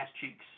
cheeks